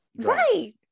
Right